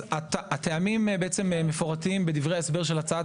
הטעמים מפורטים בדברי ההסבר של הצעת